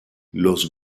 los